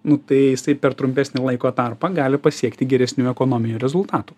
nu tai jisai per trumpesnį laiko tarpą gali pasiekti geresnių ekonominių rezultatų